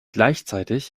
gleichzeitig